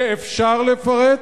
ואפשר לפרט,